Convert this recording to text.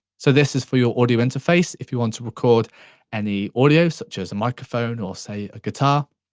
so this is for your audio interface. if you want to record any audio such as a microphone or, say, a guitar.